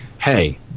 Hey